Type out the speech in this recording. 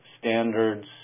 standards